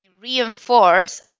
reinforce